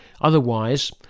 Otherwise